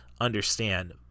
understand